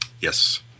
Yes